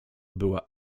była